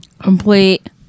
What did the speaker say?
Complete